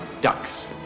ducks